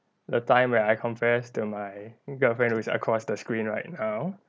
the time when I confessed to my girlfriend who's across the screen right now